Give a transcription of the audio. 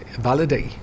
validate